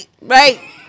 right